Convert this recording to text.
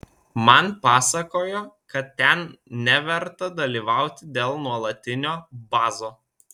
man pasakojo kad ten neverta dalyvauti dėl nuolatinio bazo